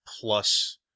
plus